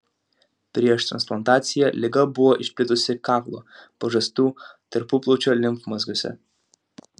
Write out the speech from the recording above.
prieš transplantaciją liga buvo išplitusi kaklo pažastų tarpuplaučio limfmazgiuose